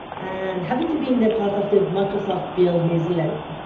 and happy to be in the part of the microsoft build new zealand.